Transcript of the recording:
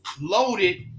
loaded